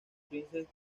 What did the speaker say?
princess